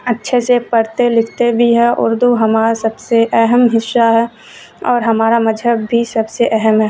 اچھے سے پڑھتے لکھتے بھی ہیں اردو ہمارا سب سے اہم حصہ ہے اور ہمارا مذہب بھی سب سے اہم ہے